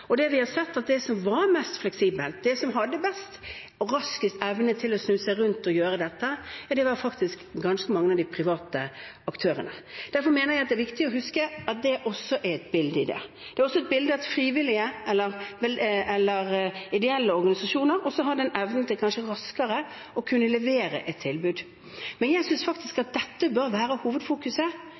vi har sett, er at de som var mest fleksible, de som hadde best og raskest evne til å snu seg rundt og gjøre dette, faktisk var ganske mange av de private aktørene. Derfor mener jeg det er viktig å huske at det også er et bilde i det. Det er et bilde at frivillige eller ideelle organisasjoner også har evnen til kanskje raskere å kunne levere et tilbud. Jeg synes faktisk at dette bør være hovedfokuset.